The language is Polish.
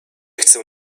chcę